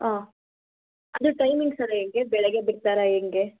ಹಾಂ ಅಂದರೆ ಟೈಮಿಂಗ್ಸ್ ಎಲ್ಲ ಹೆಂಗೆ ಬೆಳಿಗ್ಗೆ ಬಿಡ್ತಾರಾ ಹೆಂಗೆ